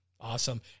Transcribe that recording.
Awesome